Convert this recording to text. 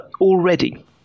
already